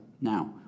Now